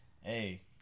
Hey